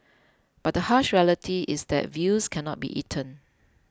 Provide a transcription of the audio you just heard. but the harsh reality is that views cannot be eaten